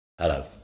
Hello